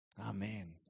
Amen